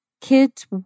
kids